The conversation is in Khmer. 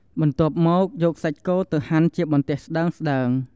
បន្ទាប់មកយកសាច់គោទៅហាន់ជាបន្ទះស្ដើងៗ។